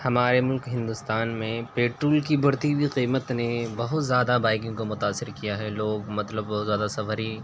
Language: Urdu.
ہمارے ملک ہندوستان میں پیٹرول کی بڑھتی ہوئی قیمت نے بہت زیادہ بائکنگ کو متاثر کیا ہے لوگ مطلب زیادہ سفر ہی